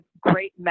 great